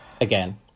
again